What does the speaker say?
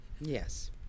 Yes